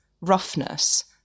roughness